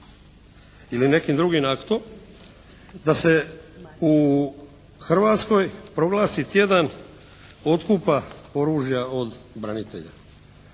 ili nekim drugim aktom da se u Hrvatskoj proglasi tjedan otkupa oružja od branitelja,